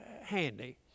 handy